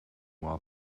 while